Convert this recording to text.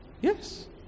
Yes